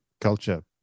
culture